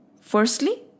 firstly